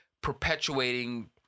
Perpetuating